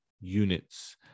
units